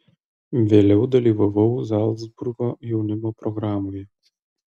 vėliau dalyvavau zalcburgo jaunimo programoje